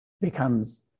becomes